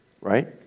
right